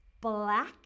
black